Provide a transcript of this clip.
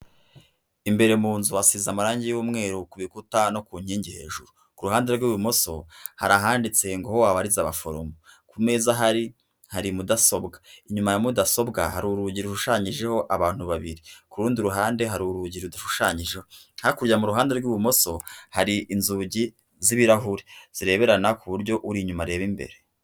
Imbere mu nzu hasize amarangi y'umweru ku rukuta no ku nkingi hejuru, ku ruhande rw'ibumoso hari ahanditse ngo aho wabariza abaforomo, ku meza hari hari mudasobwa inyuma ya mudasobwa hari urugi rushushanyijeho abantu babiri, ku rundi ruhande hari urugi rudashushanyijeho, hakurya mu ruhande rw'ibumoso hari inzugi z'ibirahuri zireberana ku buryo uri inyuma arebabe imbere.